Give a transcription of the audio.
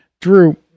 Drew